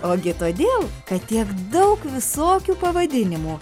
ogi todėl kad tiek daug visokių pavadinimų